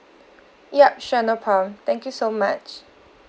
ya sure no problem thank you so much